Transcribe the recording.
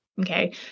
Okay